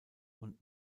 und